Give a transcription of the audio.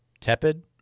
tepid